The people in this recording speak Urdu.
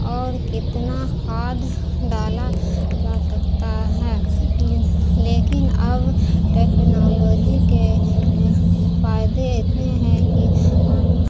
اور کتنا کھاد ڈالا جا سکتا ہے لیکن اب ٹیکنالوجی کے فائدے اتنے ہیں کہ ہم